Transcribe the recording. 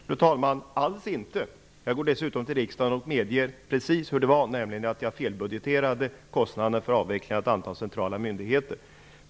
Fru talman! Det gör jag alls inte. Jag gick till riksdagen och medgav precis hur det var. Jag sade att jag felbudgeterade kostnaderna för avvecklingen av ett antal centrala myndigheter.